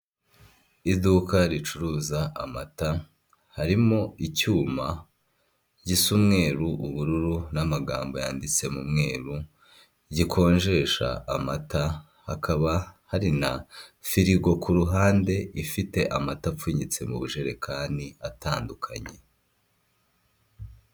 Iduka ricuruza amata, harimo icyuma gisa umweru, ubururu n'amagambo yanditse mu mweru gikonjesha amata hakaba hari na firigo ku ruhande ifite amata apfunyitse mu bujerekani atandukanye.